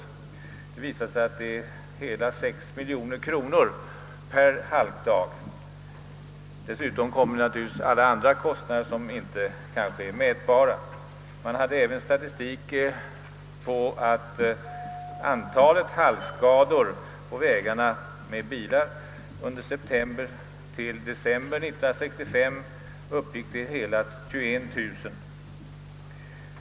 Det visar sig att de är hela 6 miljoner kronor per halkdag. Därtill kommer naturligtvis alla andra kostnader som kanske inte är mätbara. Av statistiken framgick även att antalet halkskador på bilar under perioden september—december 1965 uppgick till 21 000.